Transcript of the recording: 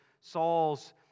Saul's